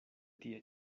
tie